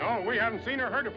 not we haven't seen or heard